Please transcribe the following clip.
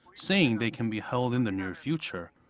saying they can be held in the near future.